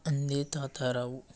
Tanvi Tatarao